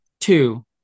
two